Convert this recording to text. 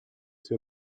que